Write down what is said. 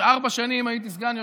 ארבע שנים הייתי סגן יושב-ראש.